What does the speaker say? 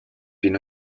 been